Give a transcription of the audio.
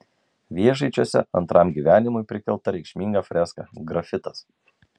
vėžaičiuose antram gyvenimui prikelta reikšminga freska grafitas